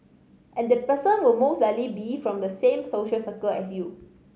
and the person will mostly like be from the same social circle as you